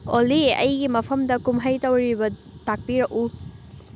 ꯑꯣꯂꯤ ꯑꯩꯒꯤ ꯃꯐꯝꯗ ꯀꯨꯝꯍꯩ ꯇꯧꯔꯤꯕ ꯇꯥꯛꯄꯤꯔꯛꯎ